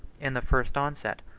in the first onset,